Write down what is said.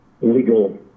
legal